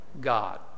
God